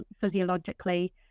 physiologically